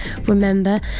remember